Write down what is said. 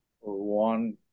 One